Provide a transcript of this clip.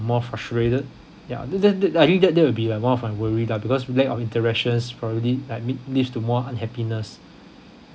more frustrated ya that that that I think that that will be like more of my worry lah because lack of interactions probably like lead leads to more unhappiness